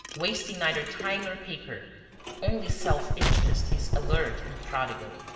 wasting neither time nor paper only self-interest is alert and prodigal.